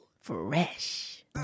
Fresh